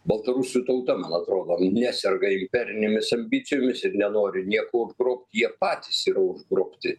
baltarusių tauta man atrodo neserga imperinėmis ambicijomis ir nenori nieko grobt jie patys yra užgrobti